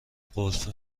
قفل